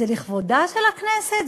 זה לכבודה של הכנסת?